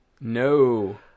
No